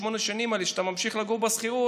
כי בשמונה השנים האלה שבהן אתה ממשיך לגור בשכירות,